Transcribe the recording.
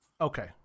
Okay